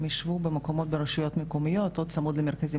הם יישבו במקומות ברשויות המקומיות או צמוד למרכזים